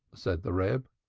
said the reb.